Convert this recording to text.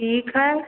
ठीक है